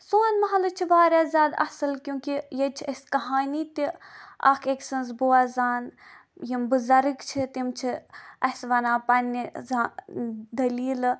سون محلہٕ چھُ واریاہ زیادٕ اَصٕل کیوں کہِ ییٚتہِ چھِ أسۍ کَہانی تہِ اکھ أکۍ سٕنز بوزان یِم بٕزَرٕگ چھِ تِم چھِ اَسہِ وَنان پَنٕنہِ دٔلیٖلہٕ